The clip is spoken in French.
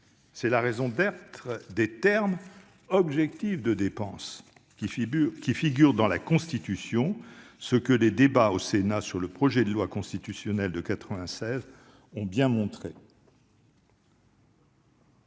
C'est la raison d'être de l'expression « objectifs de dépenses » qui figure dans la Constitution, ce que les débats au Sénat sur le projet de loi constitutionnelle de 1996 ont bien montré.